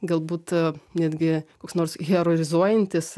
galbūt netgi koks nors herorizuojantis